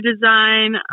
design